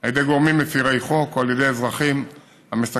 על ידי גורמים מפרי חוק או על ידי אזרחים המסכנים